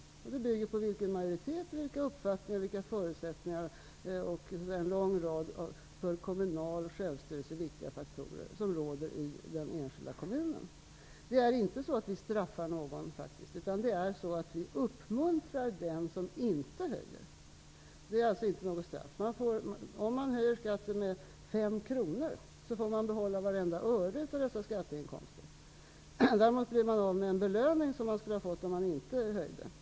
Deras beslut bygger på vilken majoritet, vilka uppfattningar, vilka förutsättningar och en lång rad för kommunal självstyrelse viktiga faktorer som råder i den enskilda kommunen. Vi straffar faktiskt inte någon, utan vi uppmuntrar de kommuner som inte höjer skatten. Det är alltså inte fråga om något straff. Om man höjer skatten med 5 kr får man behålla vartenda öre av dessa skatteinkomster. Däremot blir man av med den belöning som man skulle ha fått om man inte höjde.